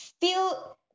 feel